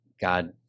God